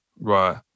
Right